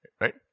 Right